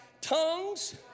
tongues